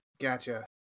Gotcha